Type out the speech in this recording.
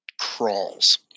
crawls